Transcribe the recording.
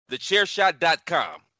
TheChairShot.com